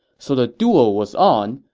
so the duel was on.